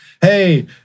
hey